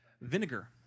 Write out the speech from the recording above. Vinegar